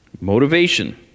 Motivation